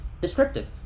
descriptive